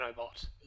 nanobot